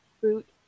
fruit